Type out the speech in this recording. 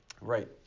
Right